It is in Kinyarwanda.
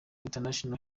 international